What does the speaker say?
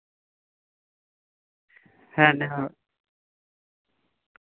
ᱦᱮᱸ ᱩᱱᱤᱦᱚᱸ